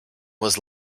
was